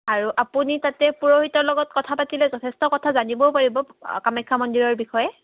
আৰু আপুনি তাতে পুৰোহিতৰ লগত কথা পাতিলে যথেষ্ট কথা জানিবও পাৰিব কামাখ্যা মন্দিৰৰ বিষয়ে